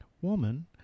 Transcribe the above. Woman